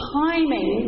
timing